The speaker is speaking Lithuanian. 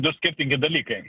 du skirtingi dalykai